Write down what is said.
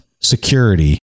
security